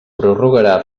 prorrogarà